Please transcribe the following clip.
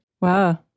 Wow